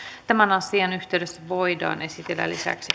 tämän asian yhteydessä esitellään lisäksi